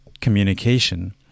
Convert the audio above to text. communication